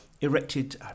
erected